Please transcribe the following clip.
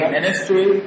ministry